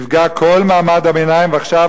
נפגע כל מעמד הביניים, ועכשיו